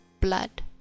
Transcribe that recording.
blood